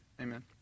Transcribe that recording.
Amen